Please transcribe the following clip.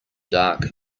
dark